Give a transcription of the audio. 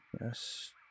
Yes